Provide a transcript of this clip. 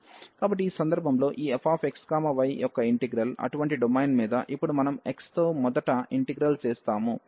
కాబట్టి ఈ సందర్భంలో ఈ fxy యొక్క ఇంటిగ్రల్ అటువంటి డొమైన్ మీద ఇప్పుడు మనం x తో మొదట ఇంటిగ్రల్ చేస్తాము